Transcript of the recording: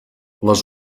les